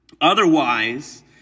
Otherwise